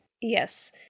Yes